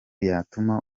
yatuma